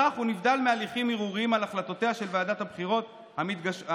בכך הוא נבדל מהליכים ערעוריים על החלטותיה של ועדת הבחירות המתגבשות.